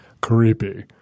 creepy